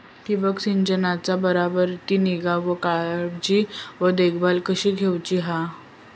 ठिबक संचाचा बराबर ती निगा व देखभाल व काळजी कशी घेऊची हा?